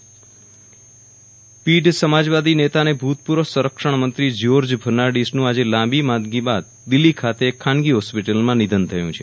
વિરલ રાણા નિધન સમાજવાદી નેતા અને ભૂતપૂર્વ સંરક્ષણ મંત્રી જયોર્જ ફર્નાન્ડિસનું આજે લાંબી માંદગી પીઢ બાદ દિલ્ફી ખાતે એક ખાનગી હોસ્પિટલમાં નિધન થયું છે